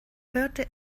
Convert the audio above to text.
hörte